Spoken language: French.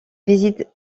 visite